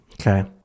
Okay